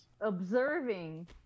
observing